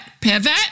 pivot